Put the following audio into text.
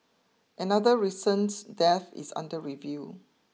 another recent death is under review